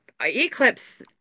Eclipse